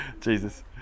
Jesus